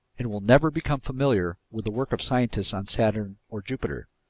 and we'll never become familiar with the work of scientists on saturn or jupiter.